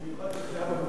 במיוחד כשזהבה מדברת.